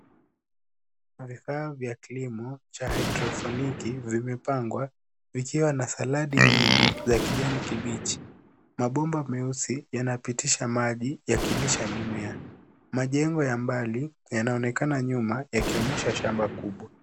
Vifaa vya kilimo cha (cs)hydroponiki(cs) vimepangwa, vikiwa na saladi nyingi za kijani kibichi. Mabomba meusi yanapitisha maji yakilisha mimea. Majengo ya mbali yanaonekana nyuma yakionyesha shamba kubwa.